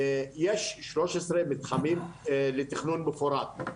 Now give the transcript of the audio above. יש שלוש עשרה מתחמים לתכנון מפורט,